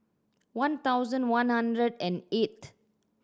one thousand one hundred and eighth